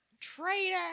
Traitor